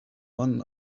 man